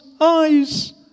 eyes